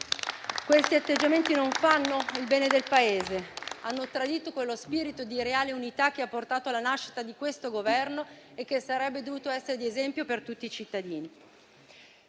Questi atteggiamenti non fanno il bene del Paese, perché hanno tradito quello spirito di reale unità che ha portato alla nascita di questo Governo e che avrebbe dovuto essere di esempio per tutti i cittadini.